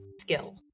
skill